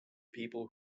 people